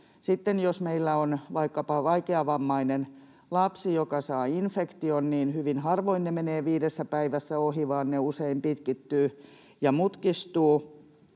jos meillä on vaikkapa vaikeavammainen lapsi, joka saa infektion, niin hyvin harvoin ne menevät viidessä päivässä ohi, vaan ne usein pitkittyvät ja mutkistuvat.